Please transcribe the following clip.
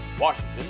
Washington